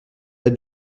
aide